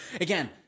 Again